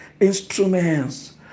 instruments